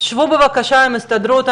שבו בבקשה עם ההסתדרות.